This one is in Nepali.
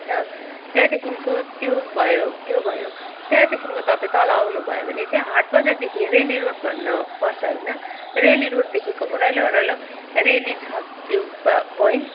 होइन त्यहाँदेखिको त्यो भयो त्यो भयो त्यहाँदेखिको तपाईँ तल आउनुभयो भने चाहिँ हाटबजारदेखि रेली रोड भन्नुपर्छ होइन रेली रोडदेखिको ओह्रालो ओह्रालो रेली छ भ्यू पोइन्ट